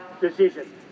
decision